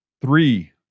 three